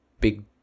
big